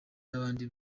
n’abandi